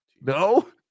No